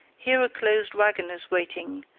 here a closed wagon is waiting,